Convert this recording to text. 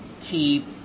keep